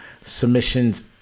submissions